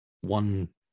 one